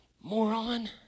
moron